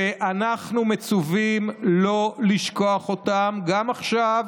ואנחנו מצווים לא לשכוח אותם גם עכשיו,